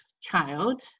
child